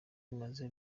bimaze